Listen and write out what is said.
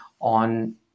on